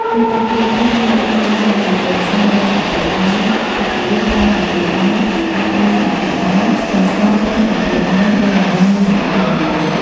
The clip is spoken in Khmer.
រីឯ គ្រឿងទេសយើងត្រូវការ ដូចជា ប្រេងឆា ៣ ស្លាបព្រាបាយ ទឹកស៊ីអុីវ ៥ ស្លាបព្រាបាយ, ទឹកស្អាត ៤ ស្លាបព្រាបាយ, ស្ករស ២ ស្លាបព្រាបាយ , ប្រេងល្ង ១ ស្លាបព្រាកាហ្វេ។